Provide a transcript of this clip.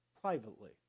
privately